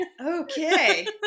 Okay